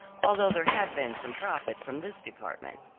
although there had been some profit from this department.